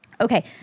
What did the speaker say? Okay